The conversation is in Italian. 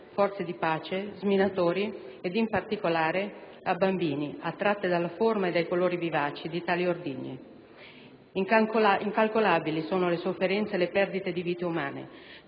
forze di pace, sminatori ed in particolare a bambini, attratti dalla forma e dai colori vivaci di tali ordigni. Incalcolabili sono le sofferenze e le perdite di vite umane